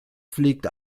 fliegt